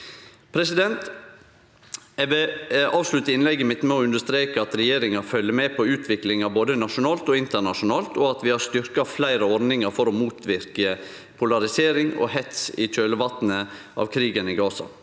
område. Eg vil avslutte innlegget mitt med å understreke at regjeringa følgjer med på utviklinga både nasjonalt og internasjonalt, og at vi har styrkt fleire ordningar for å motverke polarisering og hets i kjølvatnet av krigen i Gaza.